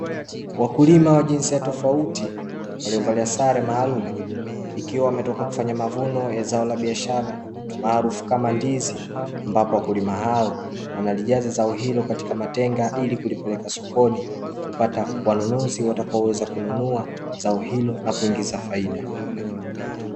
Wakulima wa jinsia tofauti waliovalia sare maalumu waliotoka kufanya mavuno ya zao la biashara maarufu kama ndizi, ambapo wakulima hao wanalijaza zao hilo katika matenga ili kulipeleka sokoni kupata wanunuzi watakao weza kununua zao hilo na kuingiza faida.